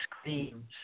screams